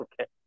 Okay